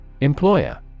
Employer